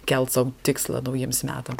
kelti sau tikslą naujiems metams